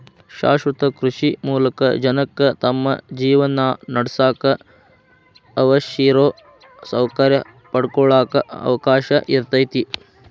ಶಾಶ್ವತ ಕೃಷಿ ಮೂಲಕ ಜನಕ್ಕ ತಮ್ಮ ಜೇವನಾನಡ್ಸಾಕ ಅವಶ್ಯಿರೋ ಸೌಕರ್ಯ ಪಡ್ಕೊಳಾಕ ಅವಕಾಶ ಇರ್ತೇತಿ